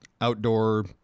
outdoor